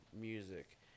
music